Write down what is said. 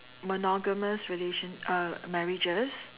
monogamous relation~ uh marriages